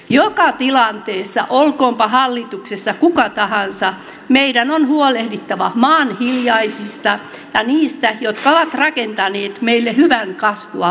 joka tilanteessa olkoonpa hallituksessa kuka tahansa meidän on huolehdittava maan hiljaisista ja niistä jotka ovat rakentaneet meille hyvän kasvualustan